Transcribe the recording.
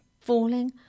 falling